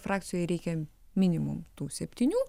frakcijoj reikia minimum tų septynių